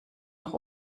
noch